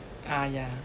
ah yeah